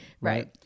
right